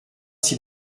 s’il